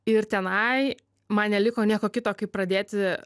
ir tenai man neliko nieko kito kaip pradėti